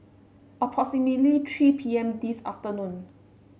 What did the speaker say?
approximately three P M this afternoon